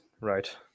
Right